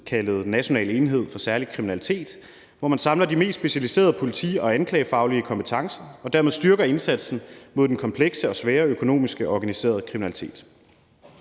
kaldet National enhed for Særlig Kriminalitet, hvor man samler de mest specialiserede politi- og anklagefaglige kompetencer og dermed styrker indsatsen mod den komplekse og svære økonomiske og organiserede kriminalitet.